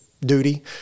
duty